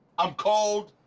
i'm cold.